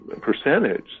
percentage